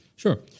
Sure